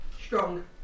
strong